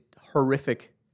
horrific